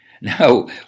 Now